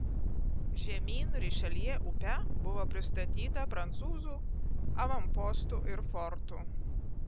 žemyn rišeljė upe buvo pristatyta prancūzų avanpostų ir fortų